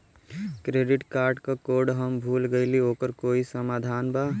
Credit card क code हम भूल गइली ओकर कोई समाधान बा?